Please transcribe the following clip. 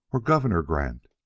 or governor grant.